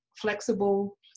flexible